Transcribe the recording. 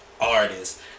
artists